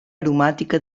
aromàtica